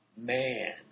Man